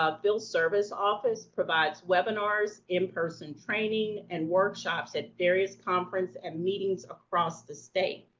ah, field service office, provides webinars, in-person training, and workshops at various conference and meetings across the state.